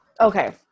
Okay